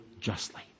justly